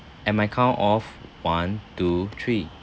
at my count of one two three